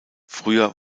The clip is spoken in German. früher